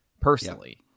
personally